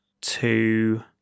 two